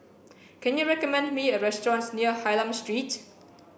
can you recommend me a restaurant near Hylam Street